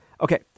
Okay